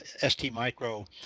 STMicro